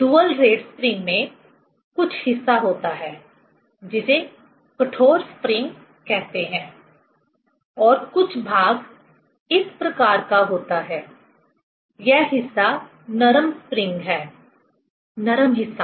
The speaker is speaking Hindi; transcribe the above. डुअल रेट स्प्रिंग में कुछ हिस्सा होता है जिसे कठोर स्प्रिंग कहते हैं और कुछ भाग इस प्रकार का होता है यह हिस्सा नरम स्प्रिंग है नरम हिस्सा